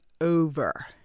over